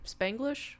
spanglish